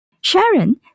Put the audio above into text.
Sharon